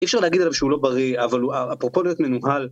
אי אפשר להגיד עליו שהוא לא בריא, אבל הוא אפרופו להיות מנוהל.